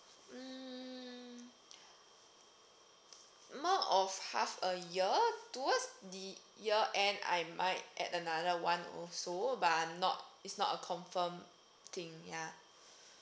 mm not of half a year towards the year end I might add another one also but I'm not it's not a confirm thing ya